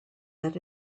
that